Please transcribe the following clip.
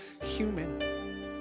human